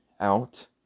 out